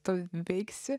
tu veiksi